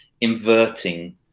inverting